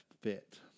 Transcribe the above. fit